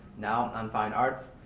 now, on fine arts.